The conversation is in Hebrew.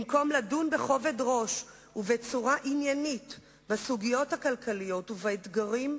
במקום לדון בכובד ראש ובצורה עניינית בסוגיות הכלכליות ובאתגרים,